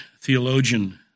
theologian